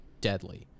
deadly